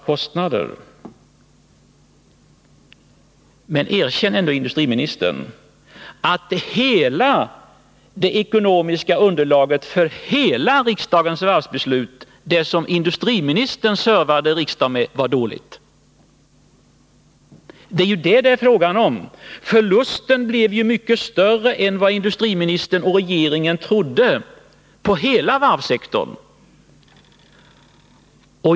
Men det var ju så att hela det ekonomiska underlaget för riksdagens varvsbeslut, det som industriministern servade riksdagen med, var dåligt! Förlusten blev ju mycket större än vad industriministern och regeringen trodde när det gäller hela varvssektorn.